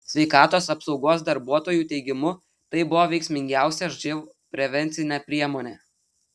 sveikatos apsaugos darbuotojų teigimu tai buvo veiksmingiausia živ prevencinė priemonė